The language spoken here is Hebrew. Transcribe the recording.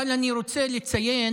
אבל אני רוצה לציין